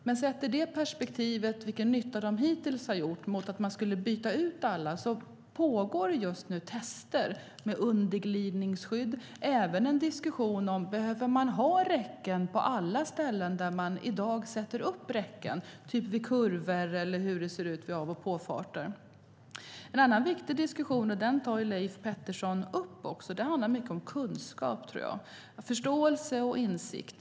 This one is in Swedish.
Men sett i perspektivet vilken nytta de hittills har gjort mot att man skulle byta ut alla pågår just nu tester med underglidningsskydd liksom en diskussion om man behöver ha räcken på alla ställen där man i dag sätter upp dem, till exempel vid kurvor och vid av och påfarter. En annan viktig diskussion, som Leif Pettersson tar upp, handlar om kunskap, förståelse och insikt.